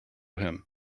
him